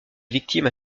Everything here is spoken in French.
victime